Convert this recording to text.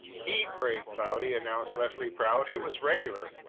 he prayed, cloudy! announced leslie proudly. it was regular!